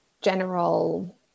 general